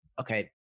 Okay